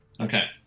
Okay